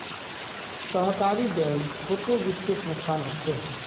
सहकारी बैंक छोटो वित्तिय संसथान होछे